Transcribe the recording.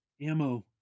ammo